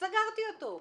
- סגרתי אותו.